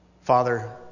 Father